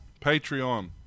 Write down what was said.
Patreon